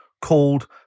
called